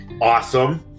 awesome